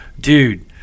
dude